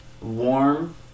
Warm